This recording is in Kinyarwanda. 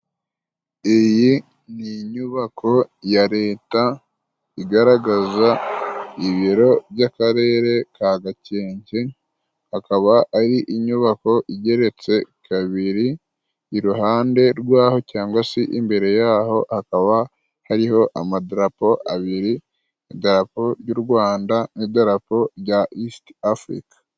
Iyi ni inyubako ya Leta igaragaza ibiro by'Akarere ka Gakenke, akaba ari inyubako igeretse kabiri, iruhande rw'aho cyangwa se imbere yaho hakaba hariho amadarapo abiri, idarapo y'u Rwanda n'iderapo rya Isiti Afurika.